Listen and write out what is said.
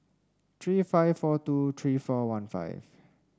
three five four two three four one five